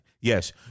yes